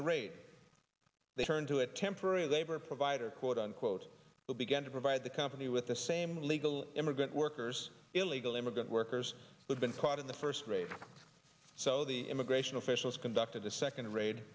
the raid they turned to a temporary labor provider quote unquote will begin to provide the company with the same legal immigrant workers illegal immigrant workers who've been caught in the first race so the immigration officials conducted a second ra